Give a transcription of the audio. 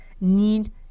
need